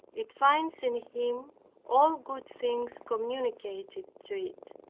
it finds in him all good things communicated to it.